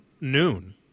noon